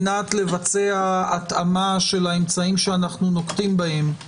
לבצע התאמת האמצעים שאנו נוקטים בהם,